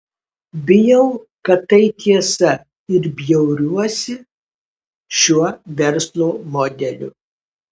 bijau kad tai tiesa ir bjauriuosi šiuo verslo modeliu